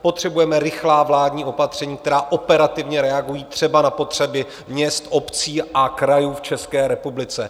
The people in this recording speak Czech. Potřebujeme rychlá vládní opatření, která operativně reagují třeba na potřeby měst, obcí a krajů v České republice.